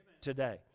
today